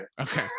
Okay